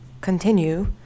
continue